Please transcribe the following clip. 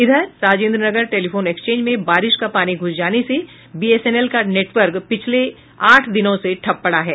इधर Rajendranagar telephone exchange में बारिश का पानी घ्रस जाने से बीएसएनएल का नेटवर्क पिछले आठ दिनों से ठप है